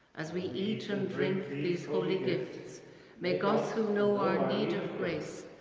as we eat and drink these holy gifts make us who know our need of grace,